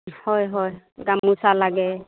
হয় হয় গামোচা লাগে